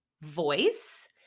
voice